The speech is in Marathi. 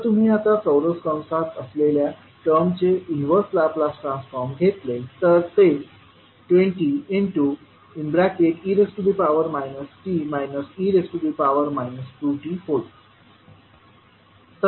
जर तुम्ही आता चौरस कंसात असलेल्या टर्मचे इनव्हर्स लाप्लास ट्रान्सफॉर्म घेतले तर ते 20e t e 2t होईल